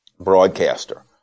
broadcaster